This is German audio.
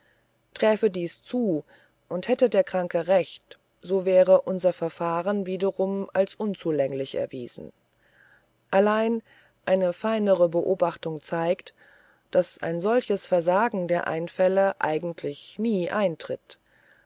träfe dies zu und hätte der kranke recht so wäre unser verfahren wiederum als unzulänglich erwiesen allein eine feinere beobachtung zeigt daß ein solches versagen der einfälle eigentlich nie eintritt